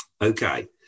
Okay